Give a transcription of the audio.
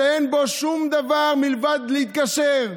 שאין בו שום דבר מלבד להתקשר.